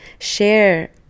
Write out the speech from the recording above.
share